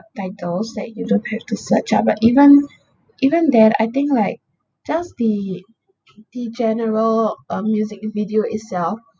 subtitles like you don't have to search up but even even then I think like just the the general um music video itself